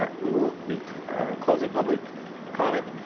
ah we will be closing public comment.